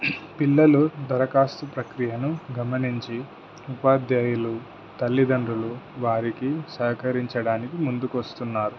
పిల్లలు దరఖాస్తు ప్రక్రియను గమనించి ఉపాధ్యాయులు తల్లిదండ్రులు వారికి సహకరించడానికి ముందుకు వస్తున్నారు